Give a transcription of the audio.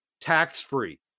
tax-free